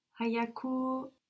Hayaku